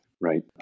Right